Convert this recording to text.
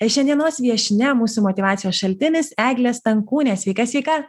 šiandienos viešnia mūsų motyvacijos šaltinis eglė stankūnė sveika sveika